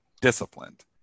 disciplined